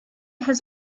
has